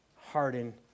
harden